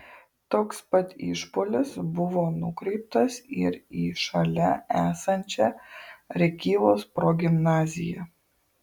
toks pat išpuolis buvo nukreiptas ir į šalia esančią rėkyvos progimnaziją